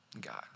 God